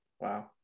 Wow